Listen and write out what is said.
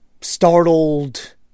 startled